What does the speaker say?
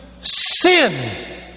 Sin